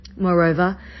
Moreover